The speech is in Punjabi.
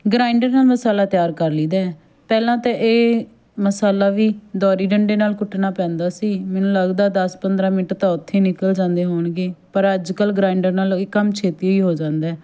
ਗਰਾਈਂਡਰ ਨਾਲ ਮਸਾਲਾ ਤਿਆਰ ਕਰ ਲਈ ਦਾ ਹੈ ਪਹਿਲਾਂ ਤਾਂ ਇਹ ਮਸਾਲਾ ਵੀ ਦੌਰੀ ਡੰਡੇ ਨਾਲ ਕੁੱਟਣਾ ਪੈਂਦਾ ਸੀ ਮੈਨੂੰ ਲੱਗਦਾ ਦਸ ਪੰਦਰਾਂ ਮਿੰਟ ਤਾਂ ਉੱਥੇ ਨਿਕਲ ਜਾਂਦੇ ਹੋਣਗੇ ਪਰ ਅੱਜ ਕੱਲ੍ਹ ਗਰਾਈਂਡਰ ਨਾਲ ਇਹ ਕੰਮ ਛੇਤੀ ਹੀ ਹੋ ਜਾਂਦਾ